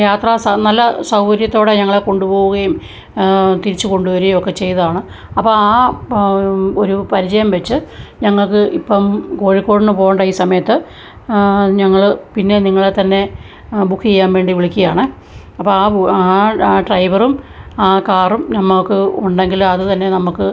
യാത്ര നല്ല സൗകര്യത്തോടെ ഞങ്ങളെ കൊണ്ടു പോവുകയും തിരിച്ച് കൊണ്ടു വരികയൊക്കെ ചെയ്തതാണ് അപ്പോൾ ആ ഒരു പരിചയം വച്ച് ഞങ്ങൾക്ക് ഇപ്പം കോഴിക്കോടിന് പോവേണ്ട ഈ സമയത്ത് ഞങ്ങൾ പിന്നെ നിങ്ങളെ തന്നെ ബുക്ക് ചെയ്യാൻ വേണ്ടി വിളിക്കുകയാണ് അപ്പോൾ ആ ഡ്രൈവറും ആ കാറും നമ്മൾക്ക് ഉണ്ടെങ്കിൽ അത് തന്നെ നമ്മൾക്ക്